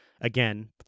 again